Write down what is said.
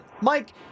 Mike